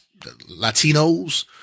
Latinos